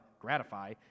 gratify